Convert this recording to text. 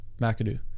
McAdoo